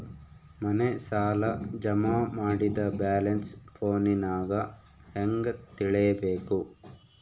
ಮನೆ ಸಾಲ ಜಮಾ ಮಾಡಿದ ಬ್ಯಾಲೆನ್ಸ್ ಫೋನಿನಾಗ ಹೆಂಗ ತಿಳೇಬೇಕು?